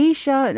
Asia